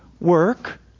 work